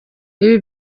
ibi